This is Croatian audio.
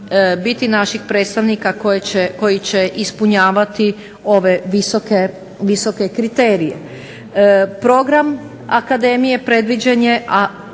naših predstavnika koji će ispunjavati ove visoke kriterije. Program akademije predviđen je,